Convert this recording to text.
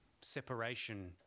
separation